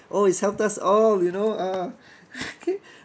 oh it's helped us all you know ah okay